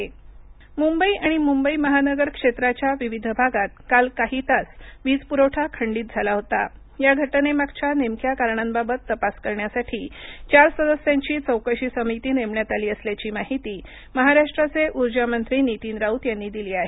मंबई वीज समिती मुंबई आणि मुंबई महानगर क्षेत्राच्या विविध भागात काल काही तास वीज पुरवठा खंडित झाला होता ही घटने मागच्या नेमक्या कारणांबाबत तपास करण्यासाठी चार सदस्यांची चौकशी समिती नेमण्यात आली असल्याची माहिती महाराष्ट्राचे उर्जा मंत्री नितीन राऊत दिली आहे